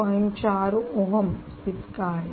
4 ohm इतका आहे